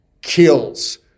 kills